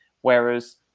Whereas